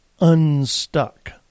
unstuck